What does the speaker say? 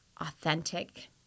authentic